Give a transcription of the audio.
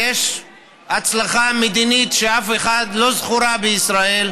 ויש הצלחה מדינית שאף אחד, לא זכורה בישראל.